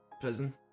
Prison